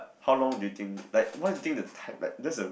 how long do you think like what do you think the type like that's a